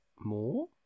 more